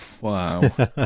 Wow